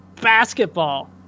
basketball